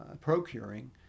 procuring